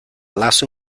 lasu